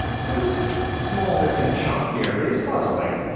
so this small missing chunk here is puzzling.